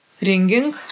ringing